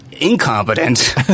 Incompetent